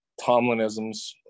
Tomlinisms